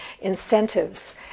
incentives